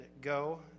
go